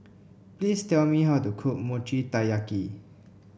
please tell me how to cook Mochi Taiyaki